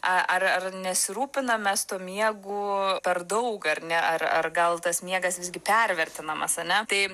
a ar ar nesirūpinam mes tuo miegu per daug ar ne ar ar gal tas miegas visgi pervertinamas ane tai